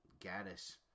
Gaddis